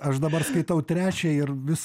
aš dabar skaitau trečią ir vis